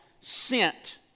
sent